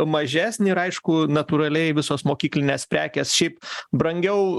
mažesnė ir aišku natūraliai visos mokyklinės prekės šiaip brangiau